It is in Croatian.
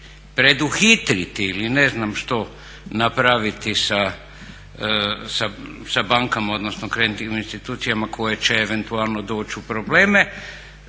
preduhitriti ili ne znam što napraviti sa bankama odnosno kreditnim institucijama koje će eventualno doći u probleme